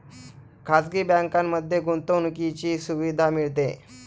खाजगी बँकांमध्ये गुंतवणुकीची सुविधा मिळते